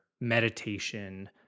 meditation